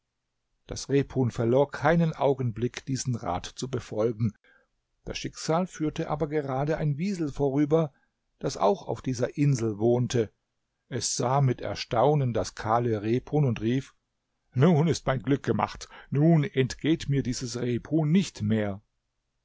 das rebhuhn verlor keinen augenblick diesen rat zu befolgen das schicksal führte aber gerade ein wiesel vorüber das auch auf dieser insel wohnte es sah mit erstaunen das kahle rebhuhn und rief nun ist mein glück gemacht nun entgeht mir dieses rebhuhn nicht mehr